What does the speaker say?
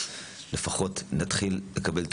לפחות נתחיל לקבל תמונה.